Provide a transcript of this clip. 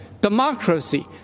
democracy